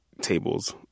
tables